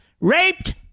raped